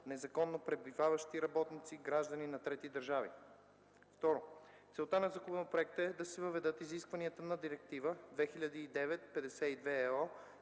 незаконно пребиваващи работници – граждани на трети държави. II. Целта на законопроекта е да се въведат изискванията на Директива 2009/52/ЕО